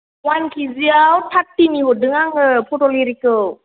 one किजिआव थार्तिनि हरदों आङो पटल आरिखौ